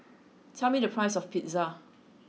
tell me the price of Pizza